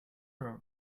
row